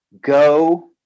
go